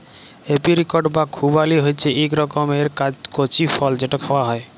apricot বা খুবালি হছে ইক রকমের কঁচি ফল যেট খাউয়া হ্যয়